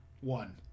One